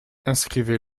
inscrivez